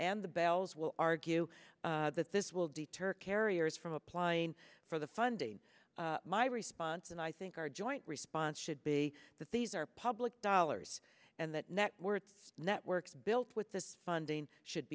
and the bells will argue that this will deter carriers from applying for the funding my response and i think our joint response should be that these are public dollars and that net worths networks built with this funding should